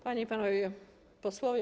Panie i panowie posłowie!